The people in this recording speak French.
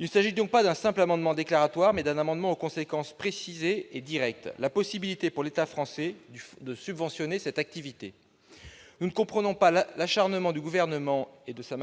Il ne s'agit donc pas d'un simple amendement déclaratoire, mais bien d'un amendement aux conséquences précisées et directes : la possibilité pour l'État français de subventionner cette activité. Nous ne comprenons pas l'acharnement du Gouvernement et de la